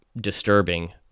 disturbing